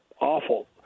awful